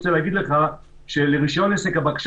אני רק רוצה להגיד לך שלרישיון עסק הבקשה